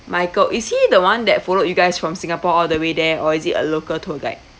michael is he the [one] that followed you guys from singapore all the way there or is it a local tour guide